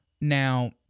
Now